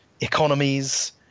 economies